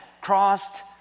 crossed